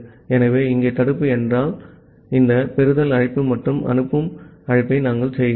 ஆகவே இங்கே தடுப்பு என்றால் இந்த பெறுதல் அழைப்பு மற்றும் அனுப்பும் அழைப்பை நாங்கள் செய்கிறோம்